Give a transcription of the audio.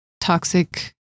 toxic